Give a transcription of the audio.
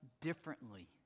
differently